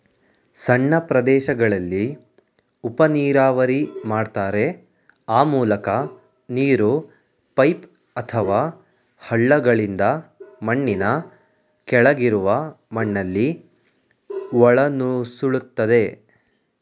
ಸಣ್ಣ ಪ್ರದೇಶಗಳಲ್ಲಿ ಉಪನೀರಾವರಿ ಮಾಡ್ತಾರೆ ಆ ಮೂಲಕ ನೀರು ಪೈಪ್ ಅಥವಾ ಹಳ್ಳಗಳಿಂದ ಮಣ್ಣಿನ ಕೆಳಗಿರುವ ಮಣ್ಣಲ್ಲಿ ಒಳನುಸುಳ್ತದೆ